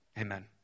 amen